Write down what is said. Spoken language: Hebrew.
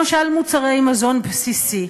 למשל מוצרי מזון בסיסיים.